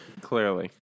Clearly